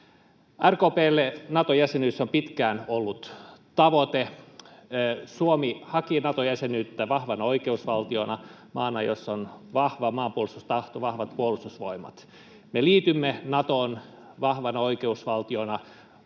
RKP:lle Nato-jäsenyys on pitkään ollut tavoite. Suomi haki Nato-jäsenyyttä vahvana oikeusvaltiona, maana, jossa on vahva maanpuolustustahto, vahvat puolustusvoimat. Me liitymme Natoon vahvana oikeusvaltiona, vahvan maanpuolustustahdon